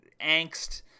angst